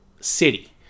city